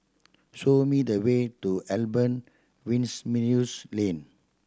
show me the way to Albert Winsemius Lane